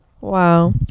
Wow